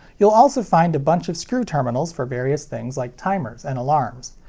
you'll also find a bunch of screw terminals for various things like timers and alarms.